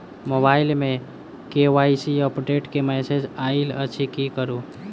Mobile मे KYC update केँ message आइल अछि की करू?